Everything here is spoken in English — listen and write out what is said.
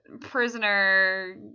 prisoner